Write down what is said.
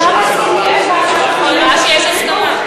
את יכולה כשיש הסכמה.